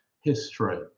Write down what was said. history